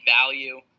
value